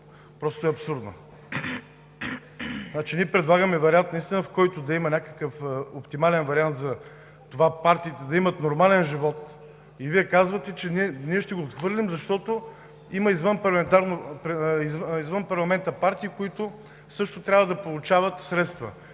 просто е абсурдна. Значи ние предлагаме вариант наистина, който да е оптимален вариант за това партиите да имат нормален живот, и Вие казвате, че ще го отхвърлим, защото извън парламента има партии, които също трябва да получат средства.